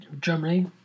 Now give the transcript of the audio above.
Germany